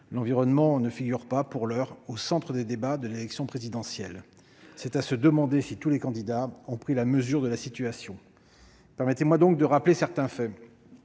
elles ne figurent pas, pour l'heure, au centre des débats de l'élection présidentielle. C'est à se demander si tous les candidats ont pris la mesure de la situation ! Permettez-moi donc de rappeler certains faits.